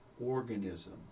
organism